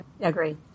Agree